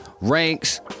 ranks